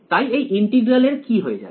তাই এই ইন্টিগ্রাল এর কি হয়ে যাবে